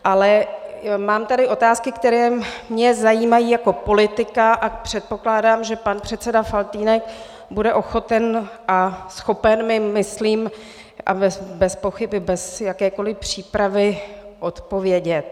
Ale mám tady otázky, které mě zajímají jako politika, a předpokládám, že pan předseda Faltýnek bude ochoten a schopen mi, a bezpochyby bez jakékoliv přípravy, odpovědět.